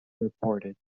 reported